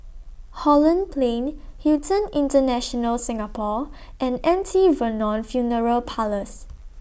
Holland Plain Hilton International Singapore and M T Vernon Funeral Parlours